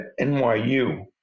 NYU